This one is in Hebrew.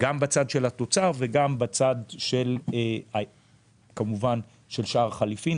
גם בצד של התוצר וגם בצד של שער החליפין.